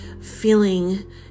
feeling